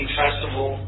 festival